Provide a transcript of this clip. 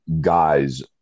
guys